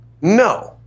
No